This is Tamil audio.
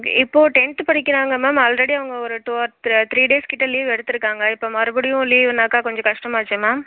இப்போ டென்த் படிக்கிறாங்க மேம் ஆல்ரெடி அவங்க ஒரு டூ ஆர் த்ரீ டேஸ் கிட்ட லீவு எடுத்துயிருக்காங்க இப்போ மறுபுடியும் லீவுனாக்க கொஞ்சம் கஷ்டமாச்சே மேம்